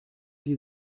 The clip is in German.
die